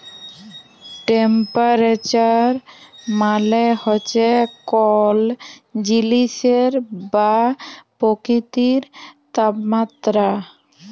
temperature মালে হছে কল জিলিসের বা পকিতির তাপমাত্রা